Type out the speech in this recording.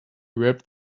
wrapped